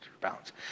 balance